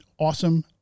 awesome